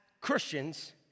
Christians